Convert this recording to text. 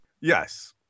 Yes